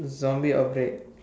zombie outbreak